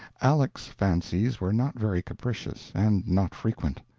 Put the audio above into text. aleck's fancies were not very capricious, and not frequent,